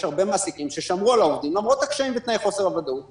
יש הרבה מעסיקים ששמרו על העובדים למרות הקשיים ותנאי חוסר הוודאות,